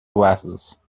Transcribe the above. glasses